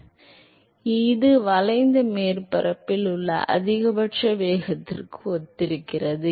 எனவே ஒரு இருக்கும் இது வளைந்த மேற்பரப்பில் உள்ள அதிகபட்ச வேகத்திற்கு ஒத்திருக்கிறது